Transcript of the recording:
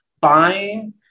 buying